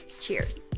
Cheers